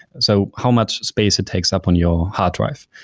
so how much space it takes up on your hard drive?